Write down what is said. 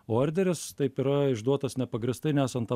orderis taip yra išduotas nepagrįstai nesant tam